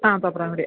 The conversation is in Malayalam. ആ തോപ്രാംകുടി